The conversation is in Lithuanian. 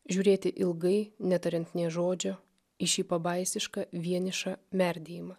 žiūrėti ilgai netariant nė žodžio į šį pabaisišką vienišą merdėjimą